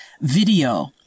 video